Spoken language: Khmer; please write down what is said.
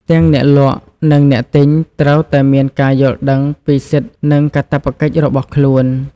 ទាំងអ្នកលក់និងអ្នកទិញត្រូវតែមានការយល់ដឹងពីសិទ្ធិនិងកាតព្វកិច្ចរបស់ខ្លួន។